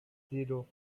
zero